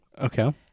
Okay